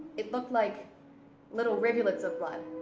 it looked like little rivulets of blood,